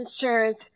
insurance